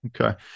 okay